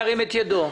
ירים את ידו.